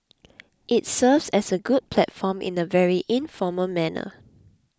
it serves as a good platform in a very informal manner